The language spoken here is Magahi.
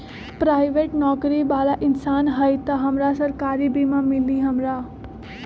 पराईबेट नौकरी बाला इंसान हई त हमरा सरकारी बीमा मिली हमरा?